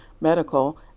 medical